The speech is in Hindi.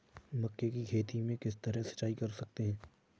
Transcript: मक्के की खेती में किस तरह सिंचाई कर सकते हैं?